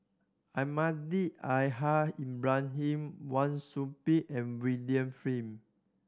Almahdi Al Haj Ibrahim Wang Sui Pick and William Flint